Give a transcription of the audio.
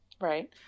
Right